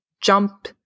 jump